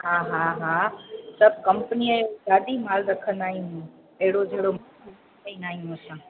हा हा हा सभु कंपनीअ जो दादी माल रखंदा आहियूं अहिड़ो जहिड़ो रखंदा ई न आहियूं असां